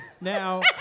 Now